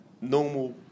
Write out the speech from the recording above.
normal